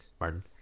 martin